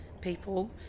people